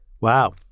wow